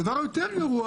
הדבר היותר גרוע